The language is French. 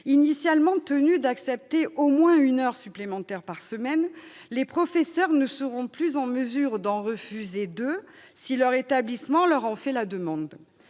Initialement tenus d'accepter au moins une heure supplémentaire par semaine, les professeurs ne seront plus en mesure d'en refuser deux si leur établissement leur en fait la demande.